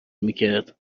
میکرد